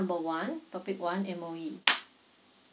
number one topic one M_O_E